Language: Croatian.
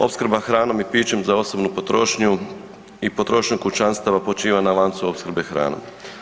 Opskrba hranom i pićem za osobnu potrošnju i potrošnju kućanstava počiva na lancu opskrbe hranom.